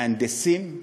ומהנדסים,